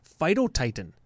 Phytotitan